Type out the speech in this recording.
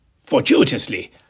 Fortuitously